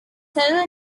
settled